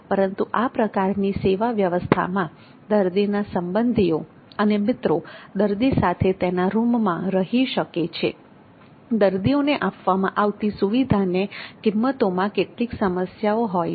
પરંતુ આ પ્રકારની સેવા વ્યવસ્થામાં દર્દીના સંબંધીઓ અને મિત્રો દર્દી સાથે તેના રૂમમાં રહી શકે છે દર્દીઓને આપવામાં આવતી સુવિધાને કિંમતોમાં કેટલીક સમસ્યાઓ હોય છે